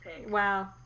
Wow